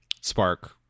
Spark